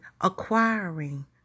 acquiring